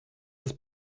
des